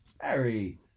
Harry